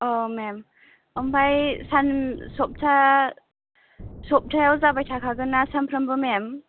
मेम ओमफ्राय सान सप्तायाव जाबाय थाखागोन्ना सानफ्रोमबो मेम